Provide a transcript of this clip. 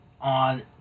on